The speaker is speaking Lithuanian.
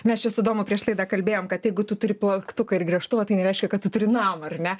mes čia su domu prieš laidą kalbėjom kad jeigu tu turi plaktuką ir gręžtuvą tai nereiškia kad tu turi namą ar ne